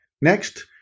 Next